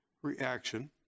reaction